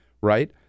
right